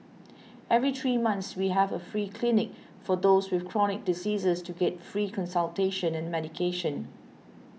every three months we have a free clinic for those with chronic diseases to get free consultation and medication